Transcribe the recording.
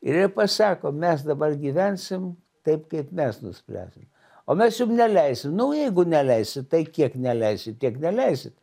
ir jie pasako mes dabar gyvensim taip kaip mes nuspręsim o mes jums neleisim nu jeigu neleisit tai kiek neleisit tiek neleisit